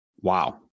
Wow